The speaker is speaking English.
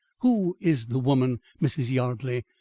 who is the woman, mrs. yardley?